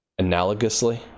Analogously